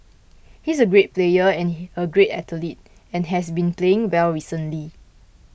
he is a great player and he a great athlete and has been playing well recently